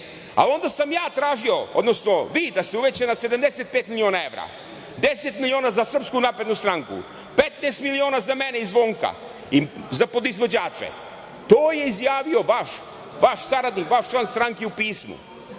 Onda sam ja tražio, odnosno vi da se uveća na 75 miliona evra, 10 miliona za SNS, 15 miliona za mene i Zvonka za podizvođače“. To je izjavio vaš saradnik, vaš član stranke u pismu. Ovde